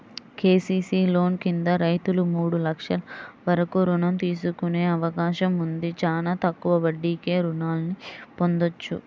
KCC loan కింద రైతులు మూడు లక్షల వరకు రుణం తీసుకునే అవకాశం ఉంది, చానా తక్కువ వడ్డీకే రుణాల్ని పొందొచ్చు